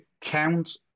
count